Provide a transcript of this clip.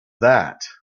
that